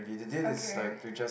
okay